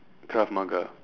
krav maga